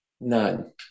None